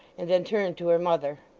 and then turned to her mother.